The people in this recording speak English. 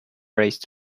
race